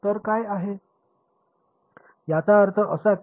तर काय आहे त्याचा अर्थ असा की